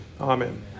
Amen